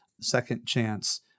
second-chance